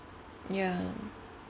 ya